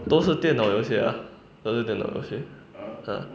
都是电脑游戏 ah 都是电脑游戏 ah